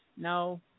No